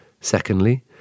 Secondly